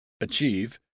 achieve